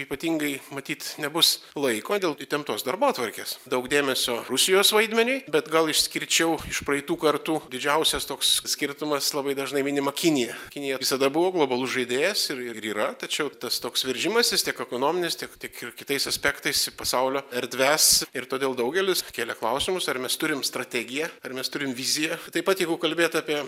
ypatingai matyt nebus laiko dėl įtemptos darbotvarkės daug dėmesio rusijos vaidmeniui bet gal išskirčiau iš praeitų kartų didžiausias toks skirtumas labai dažnai minima kinija kinija visada buvo globalus žaidėjas ir ir yra tačiau tas toks veržimasis tiek ekonominis tiek tiek ir kitais aspektais į pasaulio erdves ir todėl daugelis kėlė klausimus ar mes turim strategiją ar mes turim viziją taip pat jeigu kalbėt apie